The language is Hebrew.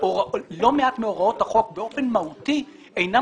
לא מעט מהוראות החוק באופן מהותי אינן